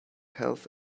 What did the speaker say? health